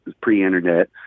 pre-internet